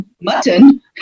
mutton